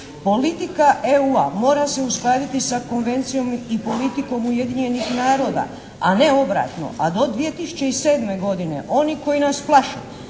"Politika EU-a mora se uskladiti sa konvencijom i politikom Ujedinjenih naroda, a ne obratno, a do 2007. godine oni koji nas plaše